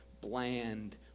bland